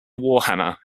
warhammer